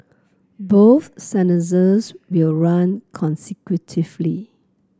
both sentences will run consecutively